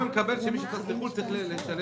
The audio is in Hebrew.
אני מסכים שמי שטס לחו"ל צריך לשלם